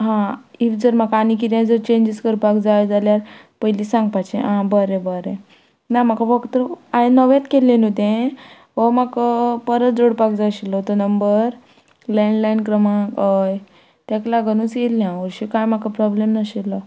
हां इफ जर म्हाका आनी कितें जर चेंजीस करपाक जाय जाल्यार पयलीच सांगपाचें आ बरें बरें ना म्हाका फक्त हांयें नवेंत केल्लें न्हू तें हो म्हाक परत जोडपाक जाय आशिल्लो तो नंबर लँडलायन क्रमांक हय तेक लागोनूच येयल्लें हांव वर्श कांय म्हाका प्रोब्लेम नाशिल्लो